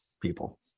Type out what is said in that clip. people